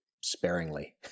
sparingly